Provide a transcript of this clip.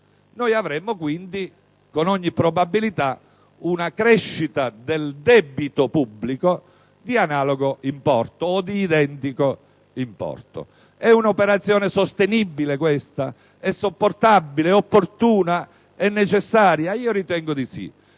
noi avremmo, con ogni probabilità, una crescita del debito pubblico di analogo o identico importo. È questa un'operazione sostenibile, sopportabile, opportuna, necessaria? Io ritengo di sì